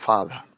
Father